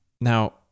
Now